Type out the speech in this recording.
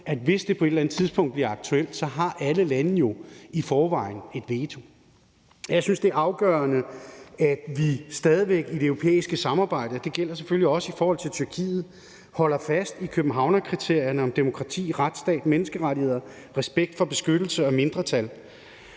at hvis det på et eller andet tidspunkt bliver aktuelt, har alle lande i forvejen et veto. Jeg synes, det er afgørende, at vi stadig væk i det europæiske samarbejde, og det gælder selvfølgelig også i forhold til Tyrkiet, holder fast i Københavnskriterierne om demokrati, retsstat, menneskerettigheder og respekt for beskyttelse og mindretal.